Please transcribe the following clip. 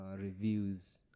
reviews